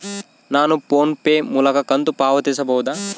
ನಾವು PhonePe ಮೂಲಕ ಕಂತು ಪಾವತಿಸಬಹುದಾ?